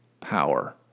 power